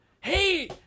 Hey